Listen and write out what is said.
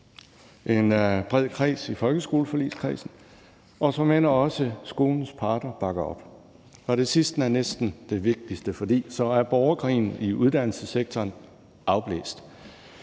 en bred kreds i folkeskoleforligskredsen og såmænd også skolens parter bakker op, og det sidste er næsten det vigtigste, for så er borgerkrigen i uddannelsessektoren afblæst.